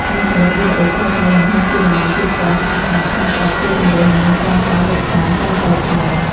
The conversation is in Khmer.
ការផលិតវីដេអូខ្លីៗបង្ហាញពីតំបន់ទេសចរណ៍ស្អាតៗក្នុងស្រុក ជួយជម្រុញឱ្យមានការដើរកម្សាន្តកាន់តែច្រើន។